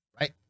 right